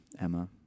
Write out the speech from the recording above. emma